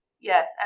Yes